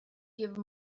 give